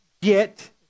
get